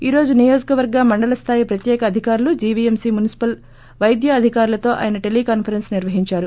ఈరోజు నియోజకవర్గ మండల స్థాయి ప్రత్యేక అధికారులు జీవీఎంసీ మునిపల్ పైద్య అధికారులతో ఆయన టెలీకాన్సరెన్స్ నిర్వహిందారు